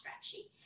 stretchy